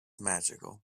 magical